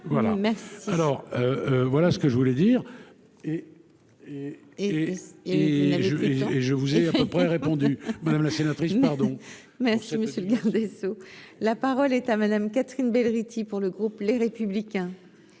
dire. Et. Et je vais dire, et je vous ai à peu près répondu madame la sénatrice pardon. Merci monsieur le garde des Sceaux, la parole est à Madame Catherine Rithy pour le groupe Les Républicains.